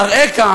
"אראך",